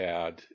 add